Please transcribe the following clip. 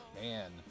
man